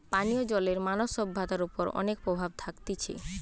পানীয় জলের মানব সভ্যতার ওপর অনেক প্রভাব থাকতিছে